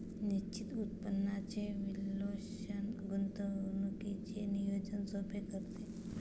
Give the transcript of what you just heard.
निश्चित उत्पन्नाचे विश्लेषण गुंतवणुकीचे नियोजन सोपे करते